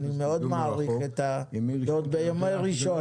אני מאוד מעריך ועוד ביום ראשון.